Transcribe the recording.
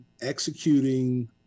executing